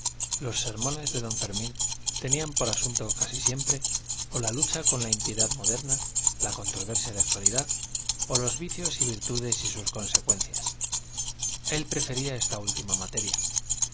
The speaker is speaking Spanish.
los sermones de don fermín tenían por asunto casi siempre o la lucha con la impiedad moderna la controversia de actualidad o los vicios y virtudes y sus consecuencias él prefería esta última materia